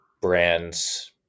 brands